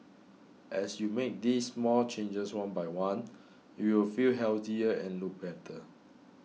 as you make these small changes one by one you will feel healthier and look better